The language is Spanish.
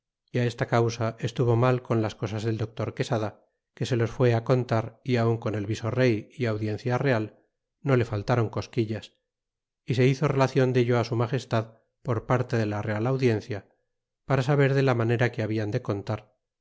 y á esta causa estuvo mal con las cosas del doctor quesada que se los fué á contar y aun con el visorrey y audiencia real no le faltaron cosquillas y se hizo relacion dello á su tad por parte de la real audiencia paramagessaber de la manera que habian de contar